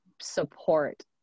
support